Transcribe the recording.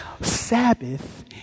Sabbath